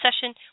session